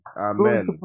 Amen